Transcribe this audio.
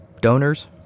donors